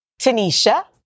Tanisha